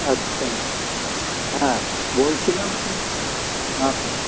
আচ্ছা হ্যাঁ বলছিলাম কি